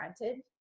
granted